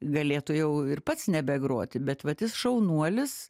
galėtų jau ir pats nebegroti bet vat jis šaunuolis